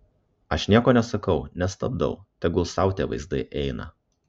aš nieko nesakau nestabdau tegul sau tie vaizdai eina